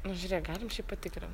nu žiūrėk galim šiaip patikrint